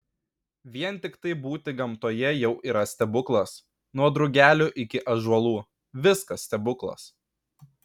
vien tiktai būti gamtoje jau yra stebuklas nuo drugelių iki ąžuolų viskas stebuklas